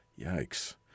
Yikes